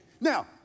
Now